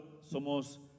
somos